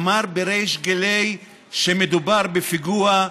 אמר בריש גלי שמדובר בפיגוע,